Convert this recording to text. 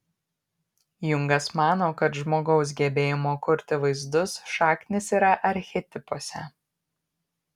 jungas mano kad žmogaus gebėjimo kurti vaizdus šaknys yra archetipuose